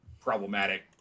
problematic